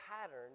pattern